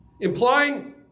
implying